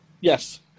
Yes